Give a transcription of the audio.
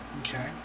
Okay